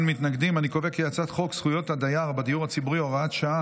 חוק זכויות הדייר בדיור הציבורי (הוראת שעה,